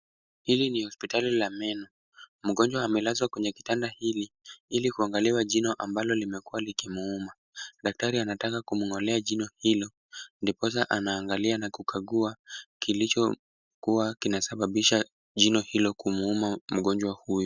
Hili ni hospitali la meno. Mgonjwa amelazwa kwenye kitanda hili, ili kuangaliwa jino ambalo limekuwa likimuuma. Daktari anataka kumg'olea jino hilo, ndiposa anaangalia na kukagua kilichokuwa kinasababisha jino hilo kumuuma mgonjwa huyu.